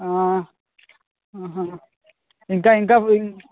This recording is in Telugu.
ఇంకా ఇంకా